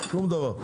שום דבר.